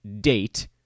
date